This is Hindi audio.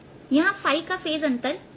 यहांका फेज अंतर नहीं है